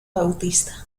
bautista